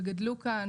לדוגמה,